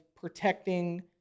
protecting